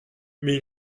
mais